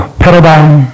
paradigm